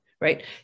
right